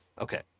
Okay